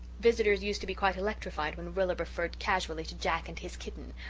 visitors used to be quite electrified when rilla referred casually to jack and his kitten,